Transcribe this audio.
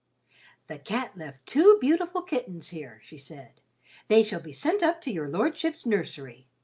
the cat left two beautiful kittens here, she said they shall be sent up to your lordship's nursery.